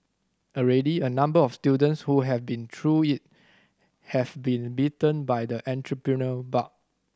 already a number of students who have been through it have been bitten by the entrepreneurial bug